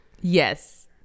Yes